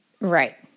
Right